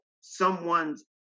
someone's